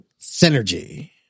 Synergy